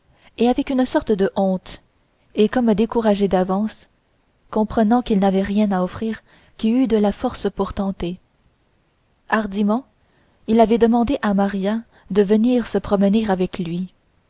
timidement avec une sorte de honte et comme découragé d'avance comprenant qu'il n'avait rien à offrir qui eût de la force pour tenter hardiment il avait demandé à maria de venir se promener avec lui